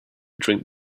drink